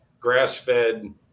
grass-fed